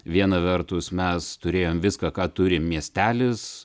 viena vertus mes turėjom viską ką turi miestelis